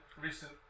recent